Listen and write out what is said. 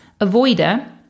avoider